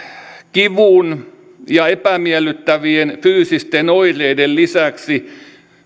kivun ja epämiellyttävien fyysisten oireiden lisäksi